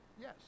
yes